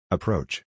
Approach